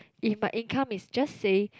if my income is just say